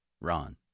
Ron